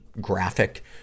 graphic